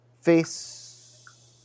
face